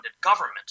government